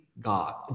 God